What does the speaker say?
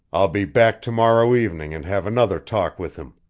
i'll be back to-morrow evening and have another talk with him.